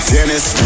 Dennis